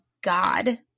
God